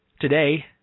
Today